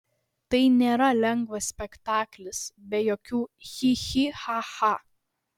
tai nėra lengvas spektaklis be jokių chi chi cha cha